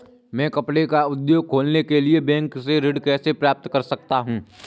मैं कपड़े का उद्योग खोलने के लिए बैंक से ऋण कैसे प्राप्त कर सकता हूँ?